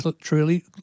truly